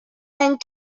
and